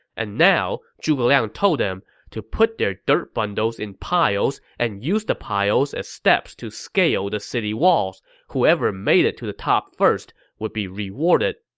and now, zhuge liang told them to put their dirt bundles in piles and use the piles as steps to scale the city walls. whoever makes it to the top first will be rewarded.